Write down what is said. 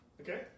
Okay